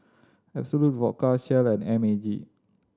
Absolut Vodka Shell and M A G